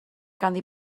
ganddi